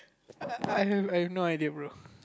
I I have no idea bro